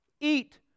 eat